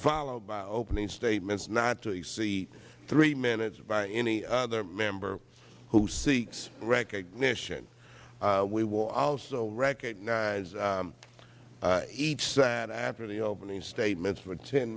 followed by opening statements not to exceed three minutes by any other member who seeks recognition we will also recognize each side after the opening statements for ten